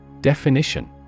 Definition